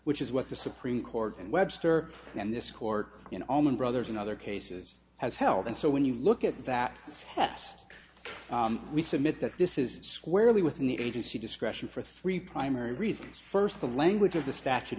which is what the supreme court in webster and this court you know allman brothers in other cases has held and so when you look at that test we submit that this is squarely within the agency discretion for three primary reasons first the language of the statute